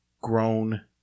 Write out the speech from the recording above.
grown